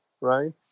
right